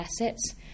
assets